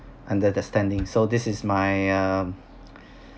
understanding so this is my uh